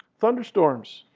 thunderstorms.